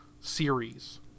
series